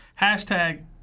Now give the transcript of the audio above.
Hashtag